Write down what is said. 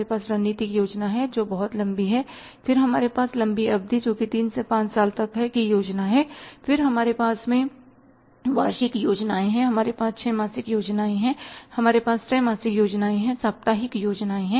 हमारे पास रणनीतिक योजना है जो बहुत लंबी है फिर हमारे पास लंबी अवधि जो 3 से 5 साल तक है की योजना है फिर हमारे पास वार्षिक योजनाएं हैं हमारे पास छ मासिक योजनाएं हैं हमारे पास त्रैमासिक योजनाएं हैं साप्ताहिक योजनाएं हैं